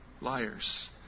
liars